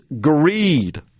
greed